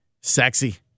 Sexy